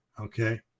okay